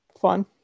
fun